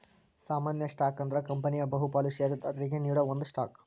ಸಾಮಾನ್ಯ ಸ್ಟಾಕ್ ಅಂದ್ರ ಕಂಪನಿಯ ಬಹುಪಾಲ ಷೇರದಾರರಿಗಿ ನೇಡೋ ಒಂದ ಸ್ಟಾಕ್